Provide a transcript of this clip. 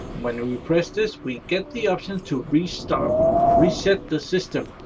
when we press this, we get the option to reset ah reset the system,